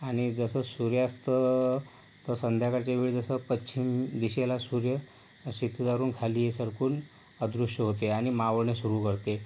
आणि जसं सूर्यास्त संध्याकाळच्या वेळी जसं पश्चिम दिशेला सूर्य क्षितिजावरून खाली सरकून अदृश्य होते आणि मावळणं सुरू करते